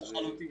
לחלוטין.